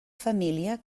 família